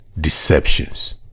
deceptions